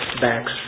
backs